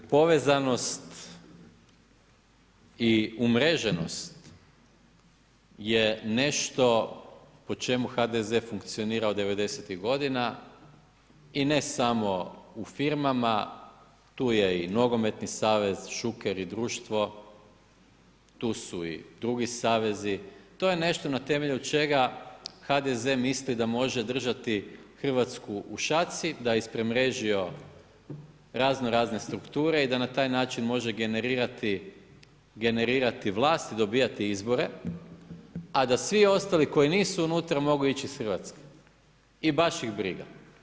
Povezanost i umreženost je nešto po čemu HDZ funkcionira od '90.g. i ne samo u firmama, tu je i nogometni savez, Šuker i društvo, tu su i drugi savezi, to je nešto na temelju čega HDZ misli da može držati Hrvatsku u šaci, da je ispremrežio razno razne strukture i da na taj način može generirati vlasti i dobivati izbore, a da svi ostali koji nisu unutra mogu ići iz Hrvatske i baš ih briga.